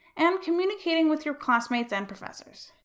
and communicating with your classmates and professor.